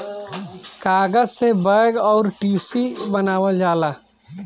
कागज से बैग अउर टिशू बनावल जाला